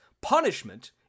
punishment